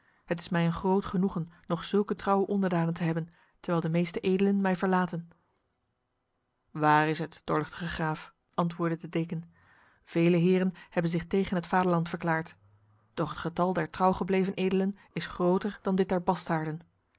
het is mij een groot genoegen nog zulke trouwe onderdanen te hebben terwijl de meeste edelen mij verlaten waar is het doorluchtige graaf antwoordde de deken vele heren hebben zich tegen het vaderland verklaard doch het getal der trouwgebleven edelen is groter dan dit der